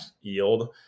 yield